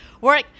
work